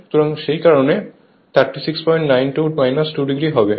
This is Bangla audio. সুতরাং সেই কারণেই 3692 2⁰ হবে